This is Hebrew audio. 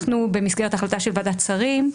במסגרת ההחלטה של ועדת שרים,